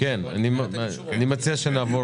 אני מציע שנעבור